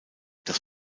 das